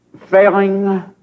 failing